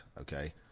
okay